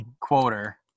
quoter